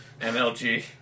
MLG